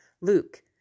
Luke